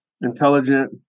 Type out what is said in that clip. Intelligent